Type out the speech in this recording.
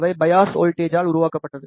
அவை பையாஸ் வோல்ட்டேஜால் உருவாக்கப்பட்டது